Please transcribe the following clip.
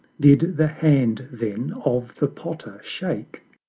did the hand then of the potter shake?